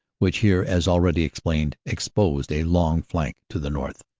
which here, as already explained, exposed a long flank to the north.